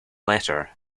letter